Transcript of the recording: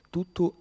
Tutto